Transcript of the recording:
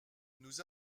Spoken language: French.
nous